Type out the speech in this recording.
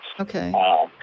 Okay